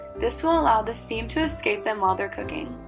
this will allow the steam to escape them while they're cooking.